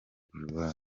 gloire